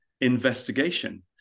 investigation